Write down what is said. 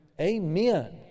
Amen